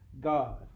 God